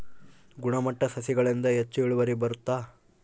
ಗುಣಮಟ್ಟ ಸಸಿಗಳಿಂದ ಹೆಚ್ಚು ಇಳುವರಿ ಬರುತ್ತಾ?